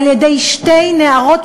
על-ידי שתי נערות,